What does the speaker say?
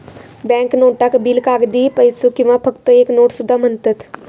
bank नोटाक bill, कागदी पैसो किंवा फक्त एक नोट सुद्धा म्हणतत